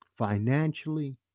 Financially